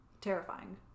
Terrifying